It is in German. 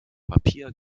papier